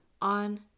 on